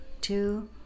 Two